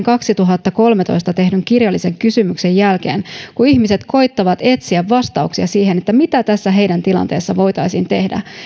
kaksituhattakolmetoista tehdyn kirjallisen kysymyksen jälkeen kun ihmiset koettavat etsiä vastauksia siihen mitä heidän tilanteessaan voitaisiin tehdä